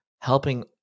helping